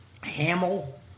Hamill